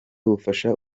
bufasha